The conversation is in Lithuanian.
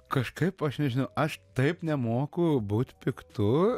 kažkaip aš nežinau aš taip nemoku būt piktu